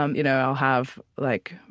um you know i'll have, like,